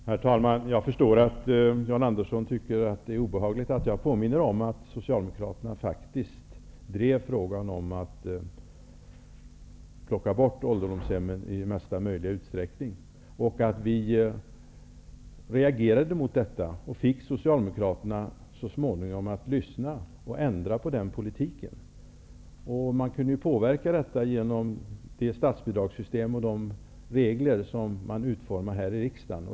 Herr talman! Jag förstår att Jan Andersson tycker att det är obehagligt att jag påminner om att Socialdemokraterna faktiskt drev frågan om att plocka bort ålderdomshemmen i mesta möjliga utsträckning. Vi reagerade mot detta, och vi fick Socialdemokraterna att så småningom lyssna och ändra på den politiken. Det här gick att påverka med hjälp av det statsbidragssystem och de regler som utformas i riksdagen.